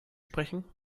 sprechen